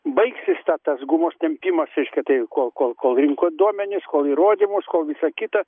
baigsis ta tas gumos tempimas reiškia tai kol kol kol rinko duomenis kol įrodymus kol visa kita